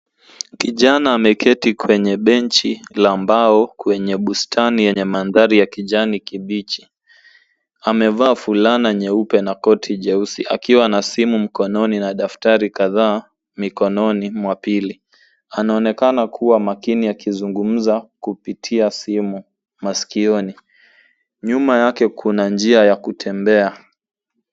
Kijana ameketi kwenye benchi la mbao kwenye bustani eney mandhari ya kijani kibichi, amevaa fulana nyeupe na koti jeusi akiwa na simu mkononi na daftari kadhaa mikononi mwa pili, anaonekana kuwa makini akizungumza kupitia simu maskioni. Nyuma yake kuna njia ya kutembea.